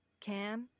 Cam